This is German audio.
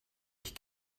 ich